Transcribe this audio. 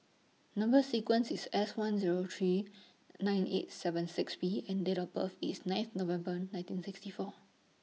Number sequence IS S one Zero three nine eight seven six B and Date of birth IS ninth November nineteen sixty four